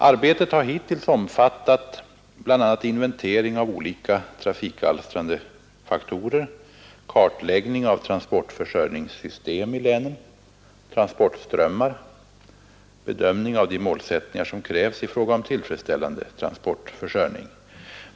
Arbetet har hittills omfattat bl.a. inventering av olika trafikalstrande faktorer, kartläggning av transportförsörjningssystem i länen, transportströmmar och bedömning av de målsättningar som krävs i fråga om tillfredsställande transportförsörjning.